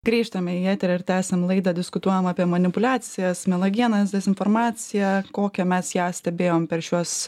grįžtam į eterį ir tęsiam laidą diskutuojam apie manipuliacijas melagienas dezinformaciją kokią mes ją stebėjom per šiuos